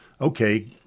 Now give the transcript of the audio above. Okay